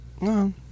No